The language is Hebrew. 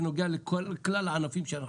זה נוגע לכלל הענפים.